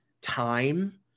time